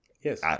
Yes